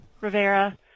Rivera